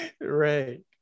Right